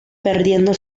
perdiendo